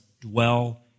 dwell